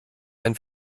ein